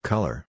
Color